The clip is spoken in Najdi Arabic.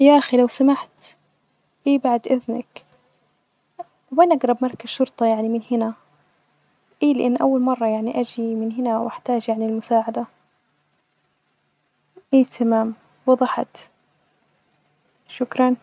يا أخي لو سمحت إي بعد إذنك وين أجرب مركز شرطة يعني من هنا، إي لإني أول مرة يعني آجي من هنا وأحتاج يعني المساعدة، إي تمام وظحت، شكرا.